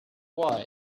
why